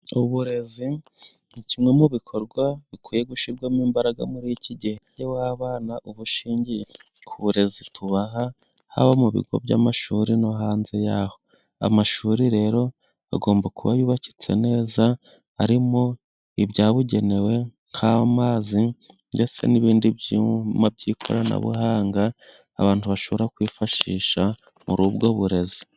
Uburezi ni kimwe mu bikorwa bikwiye gushyirwamo imbaraga muri iki gihe, umubare w'abana ubushingiye ku burezi tubaha haba mu bigo by'amashuri no hanze yaho, amashuri rero agomba kuba yubakitse neza harimo ibyabugenewe nk'amazi ndetse n'ibindi byuma by'ikoranabuhanga abantu bashobora kwifashisha muri ubwo burezi.